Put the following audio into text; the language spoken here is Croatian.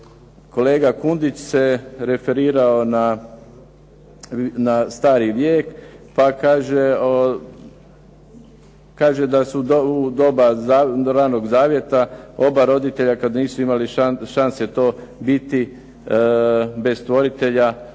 Kolega Kundić se referirao na stari vijek, pa kaže "Da su u doba ranog Zavjeta oba roditelja kada nisu imali šanse to biti, bez Stvoritelja",